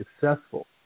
successful